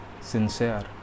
sincere